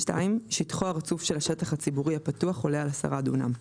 (2)שטחו הרצוף של השטח הציבורי הפתוח עולה על 10 דונם.